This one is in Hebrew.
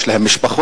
יש להם משפחות,